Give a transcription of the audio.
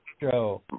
show